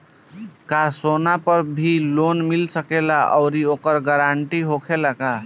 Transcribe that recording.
का सोना पर भी लोन मिल सकेला आउरी ओकर गारेंटी होखेला का?